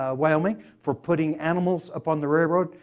ah wyoming for putting animals up on the railroad,